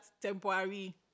temporary